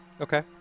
Okay